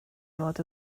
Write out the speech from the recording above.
fod